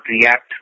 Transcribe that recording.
react